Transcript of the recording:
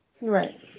Right